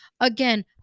again